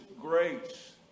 grace